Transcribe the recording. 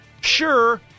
Sure